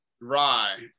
Rye